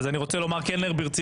אין שום קשר לעבודה ורווחה.